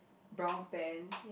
brown pants